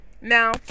now